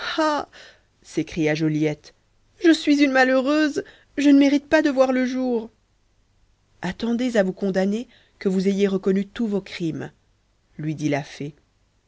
ah s'écria joliette je suis une malheureuse je ne mérite pas de voir le jour attendez avant de vous condamner que vous ayez connu tous vos crimes lui dit la fée